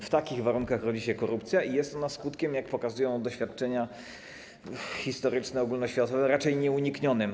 W takich warunkach rodzi się korupcja i jest ona skutkiem, na co wskazują doświadczenia historyczne, ogólnoświatowe, raczej nieuniknionym.